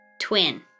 twin